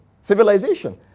Civilization